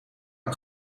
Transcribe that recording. een